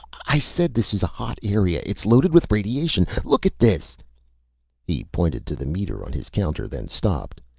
i said this is a hot area it's loaded with radiation. look at this he pointed to the meter on his counter, then stopped,